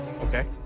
okay